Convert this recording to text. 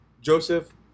Joseph